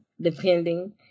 depending